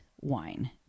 wine